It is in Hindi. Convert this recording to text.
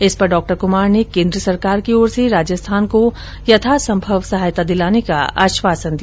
इस पर डॉ कुमार ने केन्द्र सरकार की ओर से राजस्थान को यथासंभव सहायता दिलाने का आश्वासन दिया